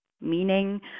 meaning